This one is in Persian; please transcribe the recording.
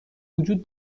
وجود